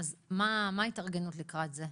מה ההתארגנות לקראת זה?